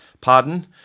pardon